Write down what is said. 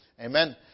Amen